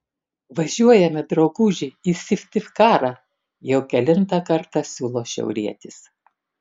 važiuojame drauguži į syktyvkarą jau kelintą kartą siūlo šiaurietis